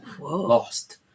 Lost